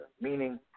Meaning